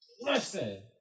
Listen